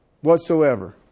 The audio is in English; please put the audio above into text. whatsoever